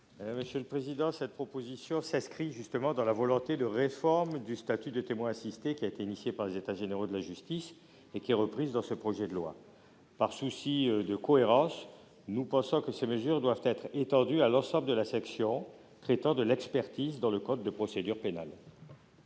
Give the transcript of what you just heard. M. Guy Benarroche. Cette proposition s'inscrit dans la volonté de réforme du statut de témoin assisté engagée par les États généraux de la justice et reprise dans le projet de loi. Par souci de cohérence, les mesures doivent être étendues à l'ensemble de la section traitant de l'expertise dans le code de procédure pénale.